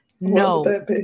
No